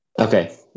Okay